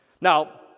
Now